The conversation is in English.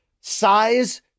size